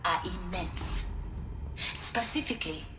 are immense specifically.